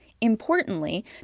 Importantly